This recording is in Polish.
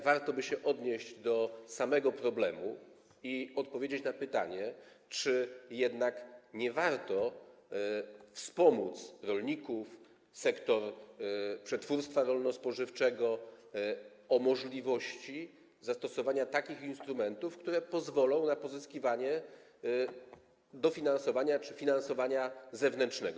Warto by się odnieść do samego problemu i odpowiedzieć na pytanie, czy jednak nie warto wspomóc rolników, sektor przetwórstwa rolno-spożywczego, jeśli chodzi o możliwości zastosowania takich instrumentów, które pozwolą na pozyskiwanie dofinasowania czy finansowania zewnętrznego.